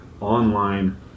online